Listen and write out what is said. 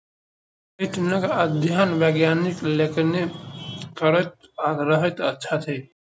काइटीनक अध्ययन वैज्ञानिक लोकनि करैत रहैत छथि